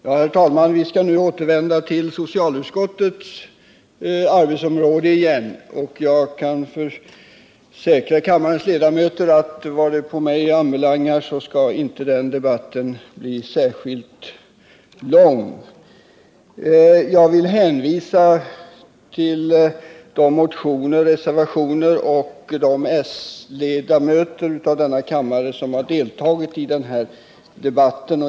Herr talman! Vi skall nu återvända till socialutskottets arbetsområde, och jag kan försäkra kammarens ledamöter att vad på mig ankommer skall inte den debatten bli särskilt lång. Jag vill hänvisa till våra motioner och reservationer och till de s-ledamöter som deltagit i kammarens debatt.